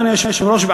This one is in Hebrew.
אדוני היושב-ראש,